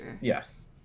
Yes